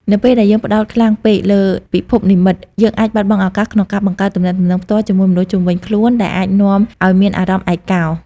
នៅពេលដែលយើងផ្ដោតខ្លាំងពេកលើពិភពនិម្មិត យើងអាចបាត់បង់ឱកាសក្នុងការបង្កើតទំនាក់ទំនងផ្ទាល់ជាមួយមនុស្សជុំវិញខ្លួន ដែលអាចនាំឱ្យមានអារម្មណ៍ឯកោ។